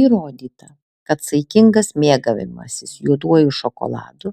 įrodyta kad saikingas mėgavimasis juoduoju šokoladu